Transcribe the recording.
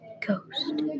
ghost